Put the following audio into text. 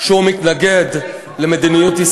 את כל זה כבר כתבתם